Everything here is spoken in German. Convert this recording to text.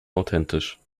authentisch